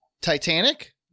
Titanic